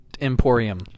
Emporium